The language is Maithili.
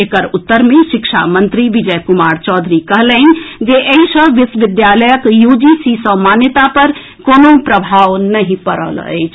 एकर उत्तर मे शिक्षा मंत्री विजय कुमार चौधरी कहलनि जे एहि सँ विश्वविद्यालयक यूजीसी सँ मान्यता पर कोनो प्रभाव नहि पड़ल अछि